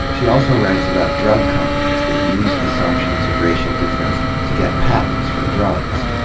she also writes about drug companies that use assumptions of racial difference to get patents for drugs,